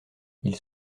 ils